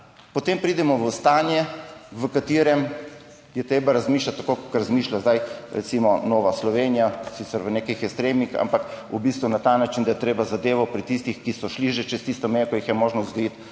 potem pridemo v stanje, v katerem je treba razmišljati tako, kot razmišlja zdaj recimo Nova Slovenija, sicer v nekih ekstremih, ampak v bistvu na ta način, da je treba zadevo pri tistih, ki so šli že čez tisto mejo, ki jih je možno vzgojiti,